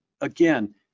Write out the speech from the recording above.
again